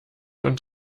und